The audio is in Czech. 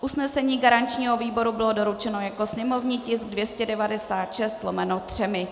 Usnesení garančního výboru bylo doručeno jako sněmovní tisk 296/3.